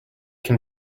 can